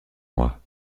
moi